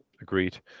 Agreed